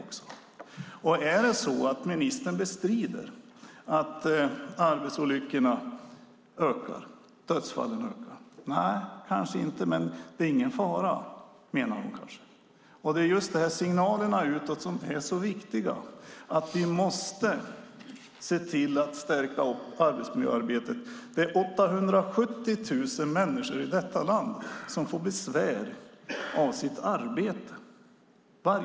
Bestrider ministern att arbetsolyckorna och dödsfallen ökar? Nej, kanske inte, men hon menar att det nog inte är någon fara. Signalerna utåt är viktiga. Vi måste se till att stärka arbetsmiljöarbetet. Varje år får 870 000 människor i vårt land besvär av sitt arbete.